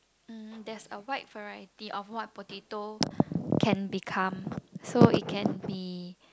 mm there's a wide variety of what potato can become so it can be